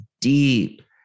deep